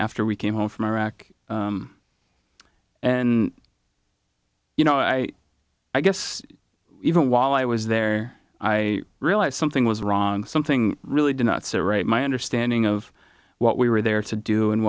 after we came home from iraq and you know i i guess even while i was there i realized something was wrong something really did not sit right my understanding of what we were there to do and